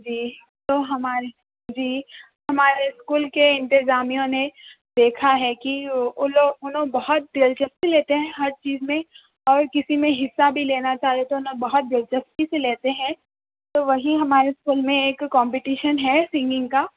جی تو ہماری جی ہمارے اسکول کے انتظامیہ نے دیکھا ہے کہ الوں انوں بہت دلچسپی لیتے ہیں ہر چیز میں اور کسی میں حصہ بھی لینا چاہ رہے تو انوں بہت دلچسپی سے لیتے ہیں تو وہی ہمارے اسکول میں ایک کمپٹیشن ہے سنگنگ کا